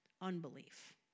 unbelief